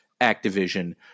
Activision